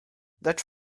lecz